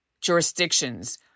jurisdictions